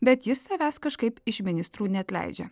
bet jis savęs kažkaip iš ministrų neatleidžia